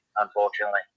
unfortunately